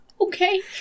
okay